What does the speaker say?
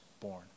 born